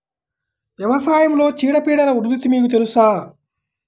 వ్యవసాయంలో చీడపీడల ఉధృతి మీకు తెలుసా?